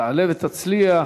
תעלה ותצליח.